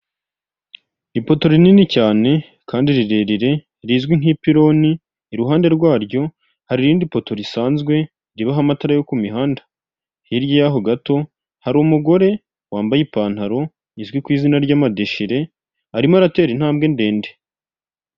Ipoto rinini cyane kandi rirerire rizwi nk'ipiloni iruhande rwaryo hari irindi poto risanzwe ribaho amatara yo ku mihanda hirya y'aho gato hari umugore wambaye ipantaro izwi ku izina ry'amadeshile arimo aratera intambwe ndende .